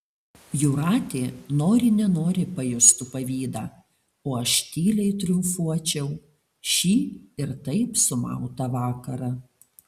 jūratė nori nenori pajustų pavydą o aš tyliai triumfuočiau šį ir taip sumautą vakarą